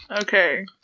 Okay